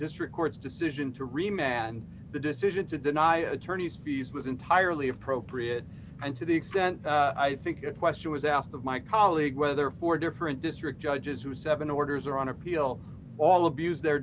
district court's decision to remain and the decision to deny attorney's fees was entirely appropriate and to the extent i think it question was asked of my colleague whether four different district judges who seven orders or on appeal all abused their